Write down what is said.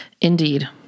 Indeed